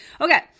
Okay